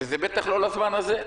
וזה בטח לא לזמן הזה.